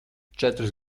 četrus